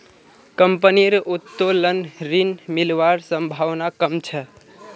कंपनीर उत्तोलन ऋण मिलवार संभावना कम छ